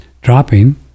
dropping